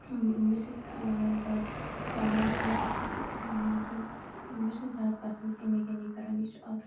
بہٕ چھس زیادٕ لایک یہِ مطلب بہٕ چھس زیادٕ پسند أمی کِنۍ یہِ کَران یہِ چھُ اَکھ